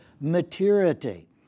maturity